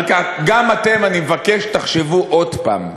אבל גם אתם, אני מבקש, תחשבו עוד פעם,